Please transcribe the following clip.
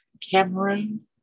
Cameroon